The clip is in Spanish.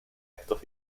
estos